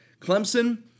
Clemson